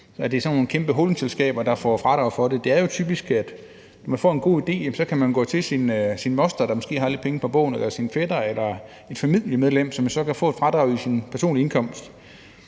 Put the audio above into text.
ikke om sådan nogle kæmpe holdingselskaber, der får fradrag for noget. Det er jo typisk sådan, at man, når man får en god idé, så kan gå til sin moster, der måske har lidt penge på bogen, eller til sin fætter eller et andet familiemedlem, som så kan få et fradrag i forhold til sin personlige indkomst.